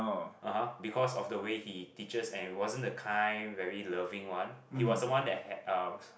(uh huh) because of the way he teaches and he wasn't the kind very loving one he was someone that um